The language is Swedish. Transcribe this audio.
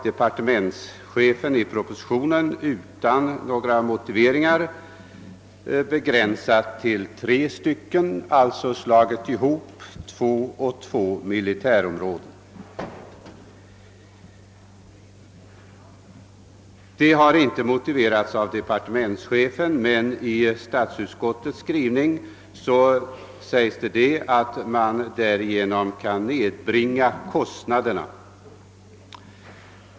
Departementschefen har i propositionen utan några motiveringar frångått detta förslag och begränsat värnpliktskontorens antal till tre, vartdera omfattande två militärområden. I statsutskottets skrivning finns dock en motivering och det är att man på så sätt kan nedbringa kostnaderna.